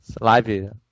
live